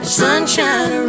sunshine